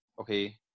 okay